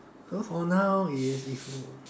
so for now is if you